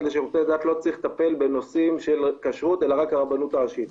לשירותי דת לא צריך לטפל בנושאים של כשרות אלא רק הרבנות הראשית.